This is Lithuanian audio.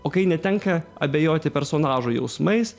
o kai netenka abejoti personažo jausmais